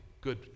Good